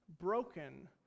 broken